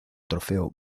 trofeo